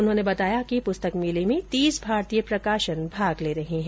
उन्होंने बताया कि पुस्तक मेले में तीस भारतीय प्रकाशन भाग ले रहे हैं